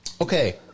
Okay